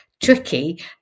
tricky